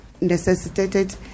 necessitated